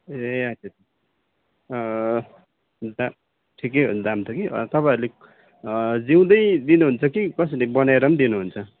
ए अच्छा अच्छा दा ठिकै हो कि दाम त कि तपाईँहरूले जिउँदै दिनुहुन्छ कि कसरी बनाएर पनि दिनुहुन्छ